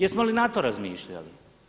Jesmo li na to razmišljali?